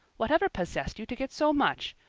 whatever possessed you to get so much?